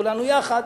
כולנו יחד,